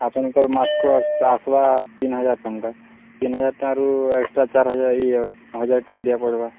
ଆପଣଙ୍କର ମାସକୁ ଆସ ଆସବା ତିନ ହଜାର ଟଙ୍କା ତିନି ହଜାର ଟଙ୍କାରୁ ଏକ୍ସଟ୍ରା ଚାରି ହଜାର ଇଏ ହଜାର ଟଙ୍କା ଅଧିକା ପଡ଼ବା